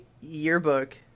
yearbook